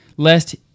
lest